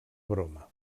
broma